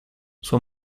sua